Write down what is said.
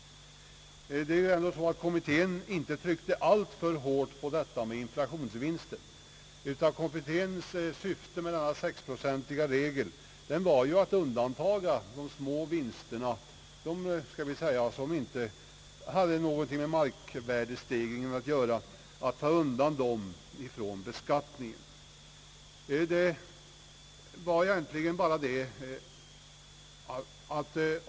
Kommittén tryckte inte alltför hårt på detta med inflationsvinster, utan dess syfte med denna sexprocentiga regel var att undanta de små vinsterna, de som inte hade något med spekulationsinkomster att göra, från beskattning.